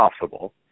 possible